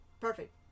perfect